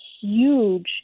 huge